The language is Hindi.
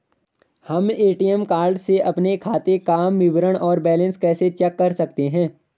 हम ए.टी.एम कार्ड से अपने खाते काम विवरण और बैलेंस कैसे चेक कर सकते हैं?